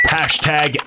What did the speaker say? Hashtag